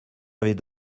avait